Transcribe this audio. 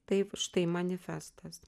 taip štai manifestas